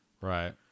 Right